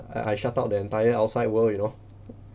I I shut out the entire outside world you know